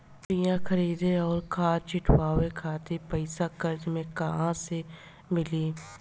बीया खरीदे आउर खाद छिटवावे खातिर पईसा कर्जा मे कहाँसे मिली?